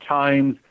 times